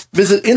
visit